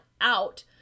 out